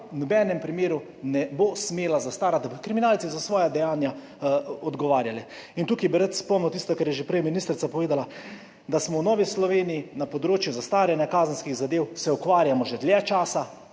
v nobenem primeru ne bo smela zastarati, da bodo kriminalci za svoja dejanja odgovarjali. Tukaj bi rad spomnil na tisto, kar je že prej ministrica povedala – da se v Novi Sloveniji s področjem zastaranja kazenskih zadev ukvarjamo že dlje časa,